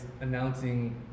announcing